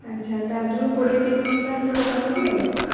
ଆଚ୍ଛା ତା' ଦେହରୁ କୋଡ଼ିଏ ପିସ୍ ଲେଖାଁ ସବୁ ରଖିଦେବି ଆଉ